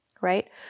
right